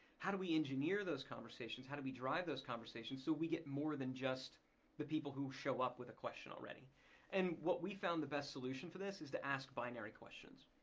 how do we engineer those conversations. how do we drive those conversations so we get more than just the people who show up with a question already and what we found the best solution for this is to ask binary questions.